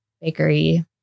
bakery